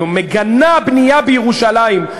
היא מגנה בנייה בירושלים.